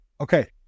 okay